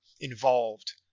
involved